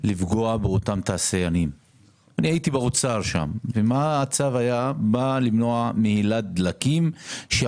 לפגוע באותם תעשיינים אלא בא למנוע מהילת דלקים.